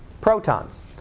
protons